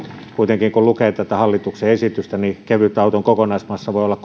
kuitenkin kun lukee hallituksen esitystä niin kevytauton kokonaismassa voi olla